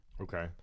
Okay